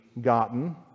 gotten